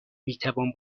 میتوان